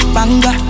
Banga